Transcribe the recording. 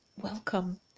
Welcome